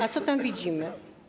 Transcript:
A co tam widzimy?